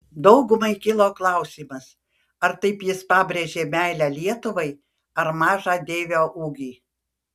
daugumai kilo klausimas ar taip jis pabrėžė meilę lietuvai ar mažą deivio ūgį